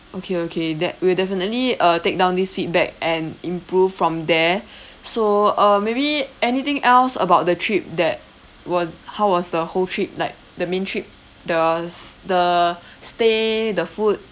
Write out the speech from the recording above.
okay okay that we'll definitely uh take down this feedback and improve from there so uh maybe anything else about the trip that were how was the whole trip like the main trip the the stay the food